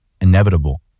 inevitable